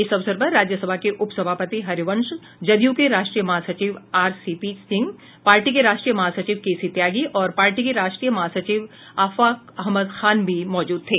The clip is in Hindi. इस अवसर पर राज्यसभा के उपसभापति हरिवंश जदयू के राष्ट्रीय महासचिव आरसीपी सिंह पार्टी के राष्ट्रीय महासचिव केसी त्यागी और पार्टी के राष्ट्रीय महासचिव आफाक अहमद खान भी मौजूद थे